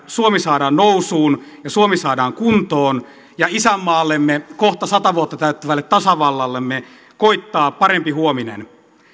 suomi saadaan nousuun ja suomi saadaan kuntoon ja isänmaallemme kohta sata vuotta täyttävälle tasavallallemme koittaa parempi huominen